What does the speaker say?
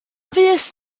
fuest